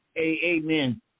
Amen